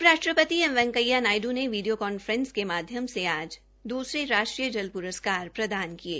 उप राष्ट्रपति एम वैकेंया नायड् ने वीडियो कांफ्रेस के माध्यम आज दूसरे राष्ट्रीय जल प्रस्कार प्रदान किये